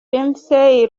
lindsay